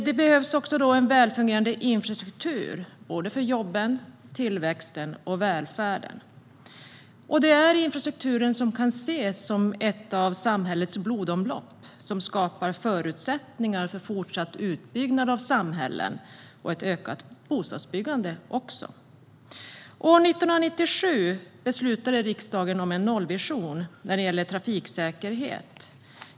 Det behövs också en välfungerande infrastruktur för jobben, tillväxten och välfärden. Infrastrukturen kan ses som ett av samhällets blodomlopp som skapar förutsättningar för fortsatt utbyggnad av samhällen och även ett ökat bostadsbyggande. År 1997 beslutade riksdagen om en nollvision när det gäller trafiksäkerhet.